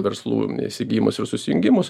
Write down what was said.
verslų įsigijimus ir susijungimus